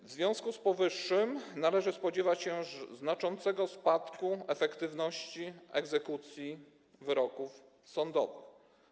W związku z powyższym należy spodziewać się znaczącego spadku efektywności egzekucji wyroków sądowych.